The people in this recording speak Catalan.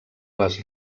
les